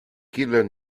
killer